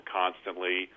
constantly